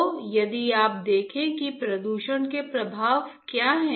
तो यदि आप देखें कि प्रदूषण के प्रभाव क्या हैं